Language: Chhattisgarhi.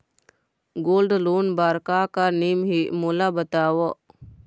गोल्ड लोन बार का का नेम हे, मोला बताव?